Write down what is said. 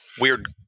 weird